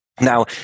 Now